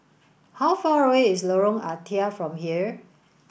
how far away is Lorong Ah Thia from here